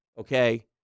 okay